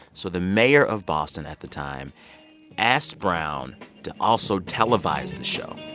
so the mayor of boston at the time asked brown to also televise the show.